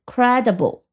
Credible